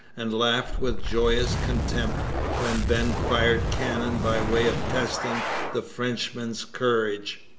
and laughed with joyous contempt when ben fired cannon by way of testing the frenchman's courage.